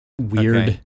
weird